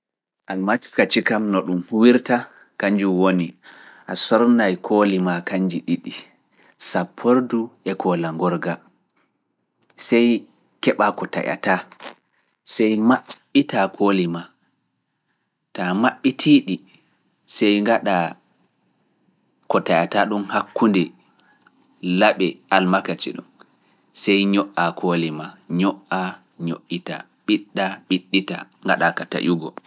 Almakaci kam no ɗum huwirta, kanjum woni a sornaay kooli maa kanji ɗiɗi, sappordu e koola ngorga, sey keɓa ko taƴataa, sey maɓɓitaa kooli maa, taa maɓɓitiiɗi, sey ngaɗa ko taƴataa ɗum hakkunde laɓi almakaci ɗum, sey ño'a kooli maa, ño'aa ño’itaa, ɓiɗɗa ɓiɗɗitaa, ngaɗaaka taƴugo.